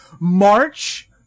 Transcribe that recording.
March